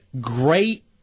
great